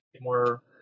more